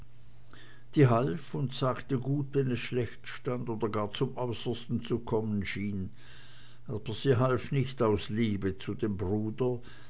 die half und sagte gut wenn es schlecht stand oder gar zum äußersten zu kommen schien aber sie half nicht aus liebe zu dem bruder